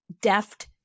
deft